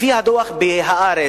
לפי הדוח ב"הארץ",